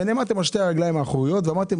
אבל עמדתם על שתי הרגליים האחוריות ואמרתם